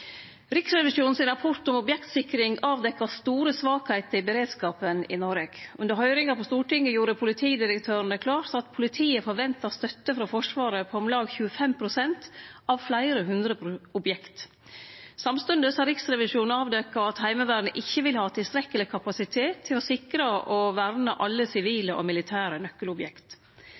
rapport om objektsikring avdekte store svakheiter i beredskapen i Noreg. Under høyringa på Stortinget gjorde politidirektøren det klart at politiet forventar støtte frå Forsvaret på om lag 25 pst. av fleire hundre objekt. Samstundes har Riksrevisjonen avdekt at Heimevernet ikkje vil ha tilstrekkeleg kapasitet til å sikre og verne alle sivile og militære nøkkelobjekt.